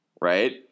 Right